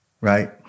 right